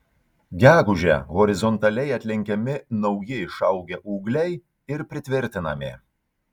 gegužę horizontaliai atlenkiami nauji išaugę ūgliai ir pritvirtinami